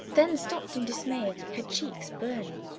then stopped in dismay, her cheeks burning.